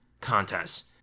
contests